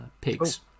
pigs